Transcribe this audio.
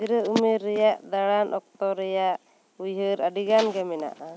ᱜᱤᱫᱽᱨᱟᱹ ᱩᱢᱮᱨ ᱨᱮᱭᱟᱜ ᱫᱟᱬᱟᱱ ᱚᱠᱛᱚ ᱨᱮᱭᱟᱜ ᱩᱭᱦᱟᱹᱨ ᱟᱹᱰᱤ ᱜᱟᱱ ᱜᱮ ᱢᱮᱱᱟᱜᱼᱟ